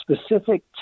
specific